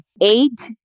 Eight